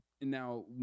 Now